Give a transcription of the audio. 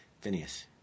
Phineas